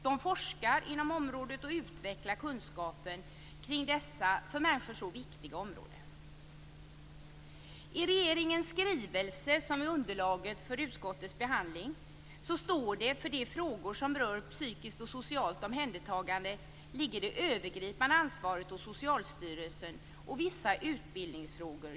De forskar inom området och utvecklar kunskapen kring dessa för människor så viktiga områden. I regeringens skrivelse som utgör underlaget för utskottets behandling står det att Socialstyrelsen har det övergripande ansvaret för frågor som rör psykologiskt och socialt omhändertagande och att Räddningsverket har ansvaret för vissa utbildningsfrågor.